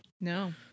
No